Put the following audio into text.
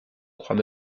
croit